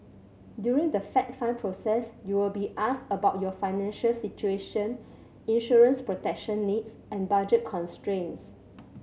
during the fact find process you will be asked about your financial situation insurance protection needs and budget constraints